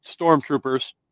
stormtroopers